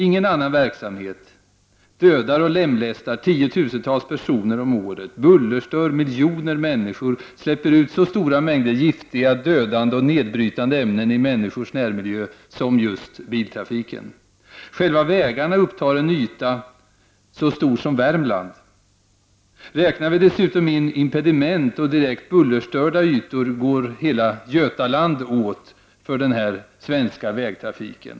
Ingen annan verksamhet dödar och lemlästar tiotusentals personer om året, bullerstör miljoner människor, släpper ut så stora mängder giftiga, dödliga och nedbrytande ämnen i människors närmiljö som just biltrafiken. Själva vägarna upptar en yta så stor som Värmland. Räknar vi dessutom in impediment och direkt bullerstörda ytor går hela Götaland åt för den svenska vägtrafiken.